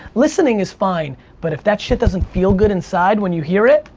listening is fine but if that shit doesn't feel good inside when you hear it.